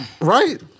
Right